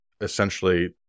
essentially